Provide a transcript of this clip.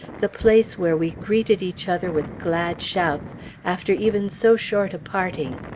the place where we greeted each other with glad shouts after even so short a parting,